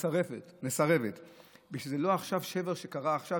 מסרבת בגלל שזה לא שבר שקרה עכשיו,